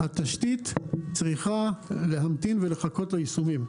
התשתית צריכה להמתין ליישומים.